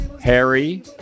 Harry